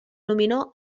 nominò